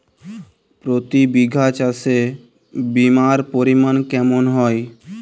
প্রতি বিঘা চাষে বিমার পরিমান কেমন হয়?